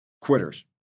Quitters